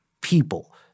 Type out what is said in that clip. people